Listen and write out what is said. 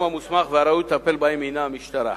המוסמך והראוי לטפל בהם הינו המשטרה.